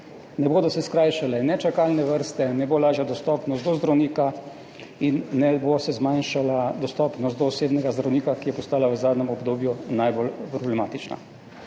Ne bodo se skrajšale ne čakalne vrste, ne bo lažje dostopnosti do zdravnika in ne bo se zmanjšala dostopnost do osebnega zdravnika, ki je postala v zadnjem obdobju najbolj problematična.